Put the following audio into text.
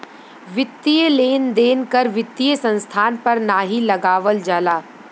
वित्तीय लेन देन कर वित्तीय संस्थान पर नाहीं लगावल जाला